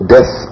Death